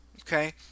Okay